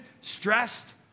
stressed